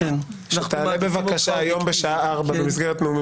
תעלה בבקשה היום בשעה 16:00 במסגרת נאומים